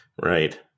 Right